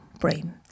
brain